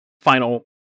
final